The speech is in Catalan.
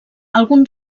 alguns